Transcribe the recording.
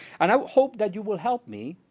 and i hope that you will help me